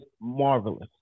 marvelous